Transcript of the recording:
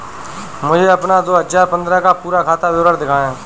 मुझे अपना दो हजार पन्द्रह का पूरा खाता विवरण दिखाएँ?